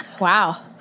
Wow